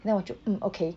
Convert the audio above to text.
then 我就 mm okay